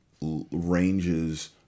ranges